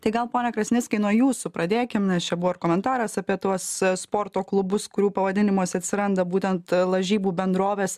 tai gal pone krasnickai nuo jūsų pradėkim nes čia buvo ir komentaras apie tuos sporto klubus kurių pavadinimuose atsiranda būtent lažybų bendrovės